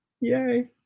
yay